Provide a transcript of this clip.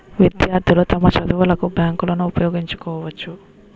విద్యార్థులు తమ చదువులకు బ్యాంకులను ఉపయోగించుకోవచ్చు